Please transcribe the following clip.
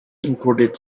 included